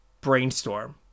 Brainstorm